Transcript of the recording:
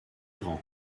grands